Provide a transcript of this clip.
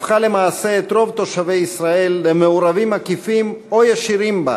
הפכה למעשה את רוב תושבי ישראל למעורבים עקיפים או ישירים בה,